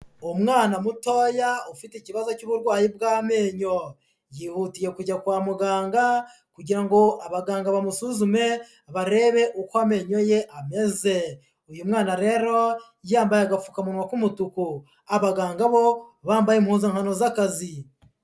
Umwana mutoya ufite ikibazo cy'uburwayi bw'amenyo, yihutiye kujya kwa muganga kugira ngo abaganga bamusuzume barebe uko amenyo ye ameze, uyu mwana rero yambaye agafukamunwa k'umutuku, abaganga bo bambaye impuzankano z'akazi.